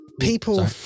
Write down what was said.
people